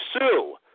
sue